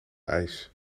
eis